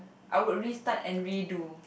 I would restart and redo